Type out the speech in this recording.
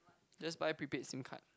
just buy prepaid Sim card